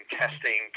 testing